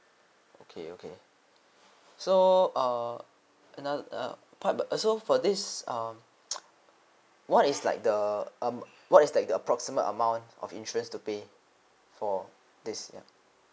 okay okay so another err another uh part uh so for this what is err what is like the am~ what is like the approximate amount of insurance to pay for this yup